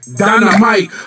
dynamite